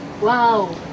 wow